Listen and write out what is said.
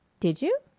did you?